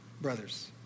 brothers